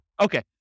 Okay